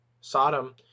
Sodom